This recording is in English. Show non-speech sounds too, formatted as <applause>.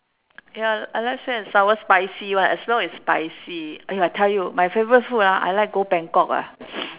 ya I I like sweet and sour spicy one as long as spicy !aiyo! I tell you my favourite food ah I like go bangkok eh <noise>